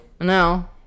no